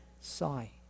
sigh